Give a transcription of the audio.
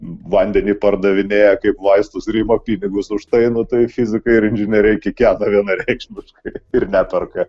vandenį pardavinėja kaip vaistus ir ima pinigus už tai nu tai fizikai ir inžinieriai kikena vienareikšmiškai ir neperka